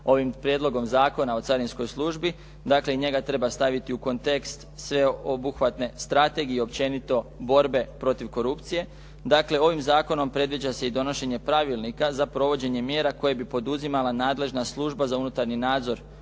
ovim Prijedlogom zakona o carinskoj službi, dakle njega treba staviti u kontekst sveobuhvatne strategije i općenito borbe protiv korupcije. Dakle, ovim zakonom predviđa se i donošenja pravilnika za provođenje mjera koje bi poduzimala nadležna služba za unutarnji nadzor